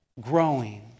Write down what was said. growing